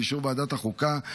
באישור ועדת החוקה,